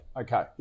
Okay